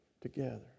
together